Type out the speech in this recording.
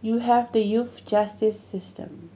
you have the youth justice system